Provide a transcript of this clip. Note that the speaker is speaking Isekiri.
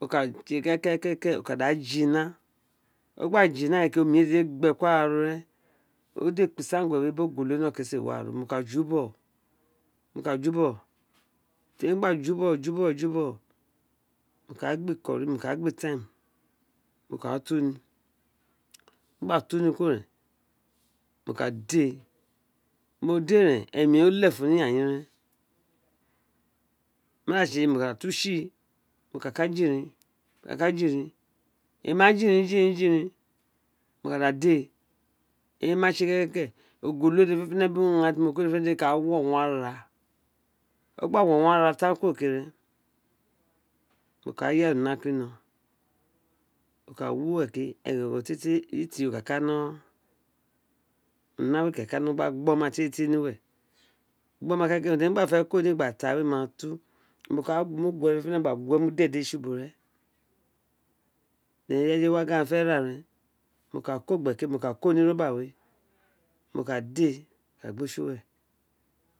O ka tse keke ke ke ke o ka da dina o gba jina ren ke omi dedi gbe ku araro ren o dr ekpo ekpusan guwe br ogolo we no kan mo ka ju bogh mo ka ju bogho temi gba ju bogho ju bogho juboghe mo ka gbi curry ma ka gbi thyme mo kaâ tu ni bi mo gba tu ni kuro ren mo ka di ee dr mo dr ēē ren emiro lefun ni yayin reeh ma tse mo ka tu tsi mo ka ka jirin mo ka ka jirin eyl mo ka ka jirin jirin jerin mo ka da di ee eyl mo wa tie ke ke ke ke ke ogolo dede fē̱nē̱feṇe̱ urua ghaan dede fē̱nē̱fē̱nē̱ dede ka wo wa ara ti o gba wo wan ara kuro tan wo kāa yaya una kun hao ka wi uwe ke egoro tie tie ka no una we ka ka no gbo mo ka mu gbi oma tietie tie hr uwe ira uti mo gba fe̱ mu hr gba ta kuro mato mo ka mu ni udede ubo ren ireye ka gin agbeen fe ra ren mo ka ko obe ke mo ka ko ni mo ka di ee mo ka gbe tsi mue